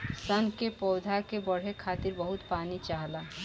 सन के पौधा के बढ़े खातिर बहुत पानी चाहला